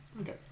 Okay